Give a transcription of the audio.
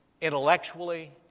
intellectually